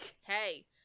hey